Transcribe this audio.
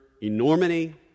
enormity